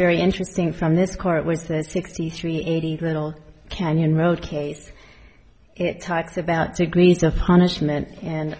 very interesting from this court was there sixty three eighty little canyon road cases it talks about degrees of punishment and